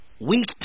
Week